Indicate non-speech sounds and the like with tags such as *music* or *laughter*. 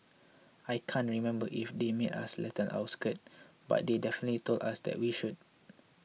*noise* I can't remember if they made us lengthen our skirt but they definitely told us that we should